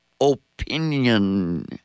opinion